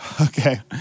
Okay